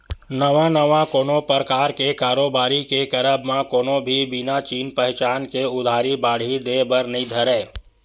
नवा नवा कोनो परकार के कारोबारी के करब म कोनो भी बिना चिन पहिचान के उधारी बाड़ही देय बर नइ धरय